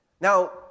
Now